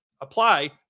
apply